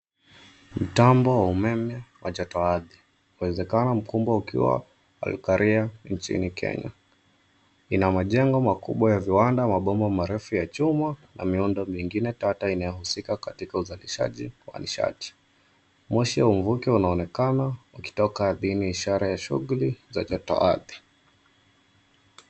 Mtambo wa umeme wa jotoardhi. Uwezekano mkumba ukiwa Olkaria nchini Kenya. Ina majengo makubwa ya viwanda, mabomba marefu ya chuma na miundo mengine tata inayohusika katika uzalishaji wa nishati. Moshi ya mvuke unaonekana ukitoka adhini ishara ya shughuli za jatoardhi.